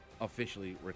officially